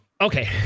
Okay